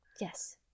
Yes